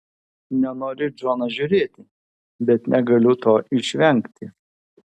nenoriu į džoną žiūrėti bet negaliu to išvengti